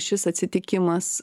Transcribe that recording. šis atsitikimas